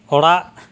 ᱚᱲᱟᱜ